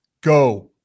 go